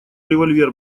револьвер